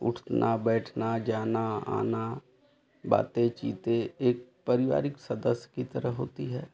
उठना बैठना जाना आना बातें चीतें एक पारिवारिक सदस्य की तरह होती है